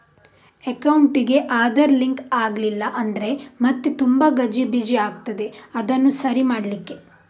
ಅಕೌಂಟಿಗೆ ಆಧಾರ್ ಲಿಂಕ್ ಆಗ್ಲಿಲ್ಲ ಅಂದ್ರೆ ಮತ್ತೆ ತುಂಬಾ ಗಜಿಬಿಜಿ ಆಗ್ತದೆ ಅದನ್ನು ಸರಿ ಮಾಡ್ಲಿಕ್ಕೆ